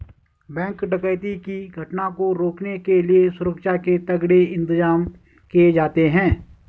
bank डकैती की घटना को रोकने के लिए सुरक्षा के तगड़े इंतजाम किए जाते हैं